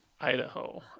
Idaho